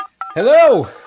Hello